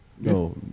No